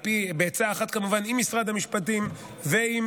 בעצה אחת כמובן עם משרד המשפטים ועם